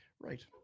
Right